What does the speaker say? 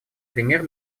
пример